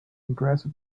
impressed